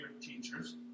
teachers